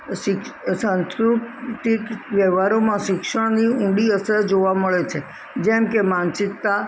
સીક સાંસ્કૃતિક વ્યવહારોમાં શિક્ષણની ઊંડી અસર જોવા મળે છે જેમ કે માનસિકતા